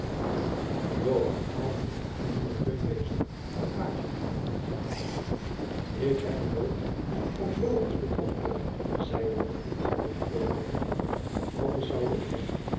verhaalde hem de ontmoeting met teun wezer en den pagie ik heb u nooit op logens betrapt joan zeide de baron verwonderd over dat verhaal anders zoude ik denken